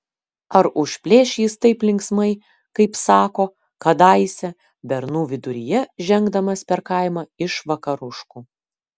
ar užplėš jis taip linksmai kaip sako kadaise bernų viduryje žengdamas per kaimą iš vakaruškų